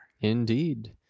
Indeed